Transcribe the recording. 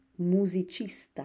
musicista